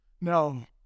No